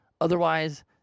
Otherwise